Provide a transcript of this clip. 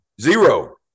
zero